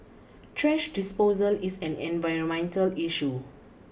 trash disposal is an environmental issue